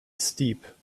steep